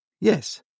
Yes